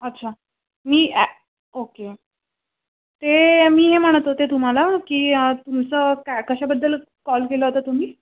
अच्छा मी ॲ ओके ते मी हे म्हणत होते तुम्हाला की तुमचं का कशाबद्दल कॉल केला होता तुम्ही